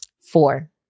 Four